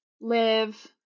live